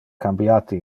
cambiate